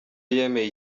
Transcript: yemeye